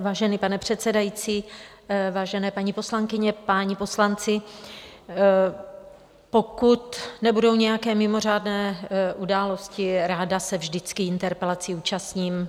Vážený pane předsedající, vážené paní poslankyně, páni poslanci, pokud nebudou nějaké mimořádné události, ráda se vždycky interpelaci účastním.